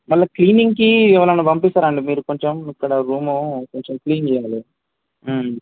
మళ్ళీ క్లీనింగ్కి ఎవరినైన్నా పంపిస్తారండి మీరు కొంచెం ఇక్కడ రూము కొంచెం క్లీన్ చేయాలి